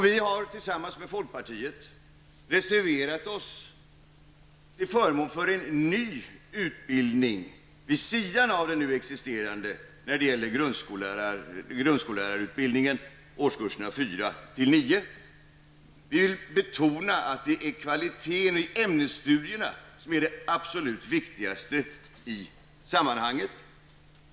Vi har tillsammans med folkpartiet reserverat oss till förmån för en ny utbildning vid sidan av den nu existerande när det gäller grundskollärarutbildning för årskurserna 4--9. Vi vill betona att det är kvaliteten i ämnesstudierna som är det absolut viktigaste i sammanhanget.